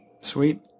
Sweet